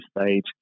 stage